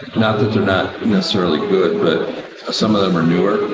not that they're not necessarily good, but some of them are newer,